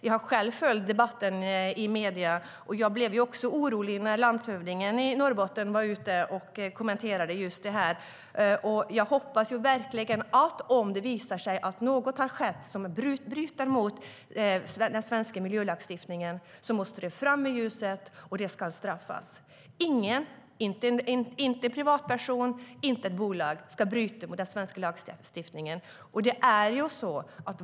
Jag har själv följt debatten i medierna, och jag blev orolig när landshövdingen i Norrbotten kommenterade just det här. Om det visar sig att något har skett som bryter mot den svenska miljölagstiftningen måste det fram i ljuset och straffas, och jag hoppas verkligen att det i så fall sker. Ingen, varken en privatperson eller ett bolag, ska bryta mot den svenska lagstiftningen.